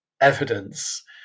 evidence